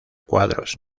cuadros